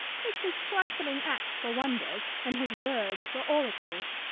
takes his trifling acts for wonders, and his words for oracles.